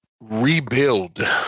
rebuild